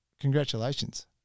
congratulations